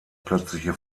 plötzliche